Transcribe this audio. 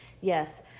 yes